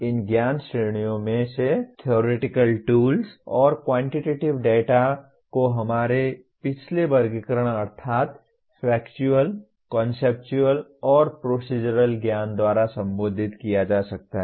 इन ज्ञान श्रेणियों में से थ्योरेटिकल टूल्स और क्वॉन्टिटेटिव डेटा को हमारे पिछले वर्गीकरण अर्थात् फैक्चुअल कॉन्सेप्चुअल और प्रोसीज़रल ज्ञान द्वारा संबोधित किया जा सकता है